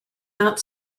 not